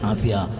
Asia